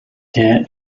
der